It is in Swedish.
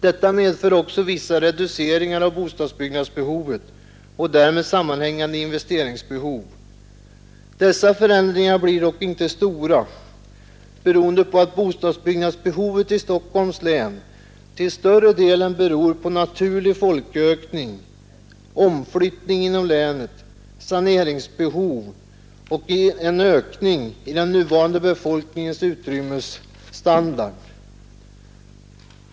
Detta medför också vissa reduceringar av bostadsbyggnadsbehovet och därmed sammanhängande investeringsbehov. Dessa förändringar blir dock inte stora, beroende på att bostadsbyggnadsbehovet i Stockholms län till större delen beror på naturlig folkökning, omflyttning inom länet, saneringsbehov och en ökning i den nuvarande befolkningens utrymmesstandard.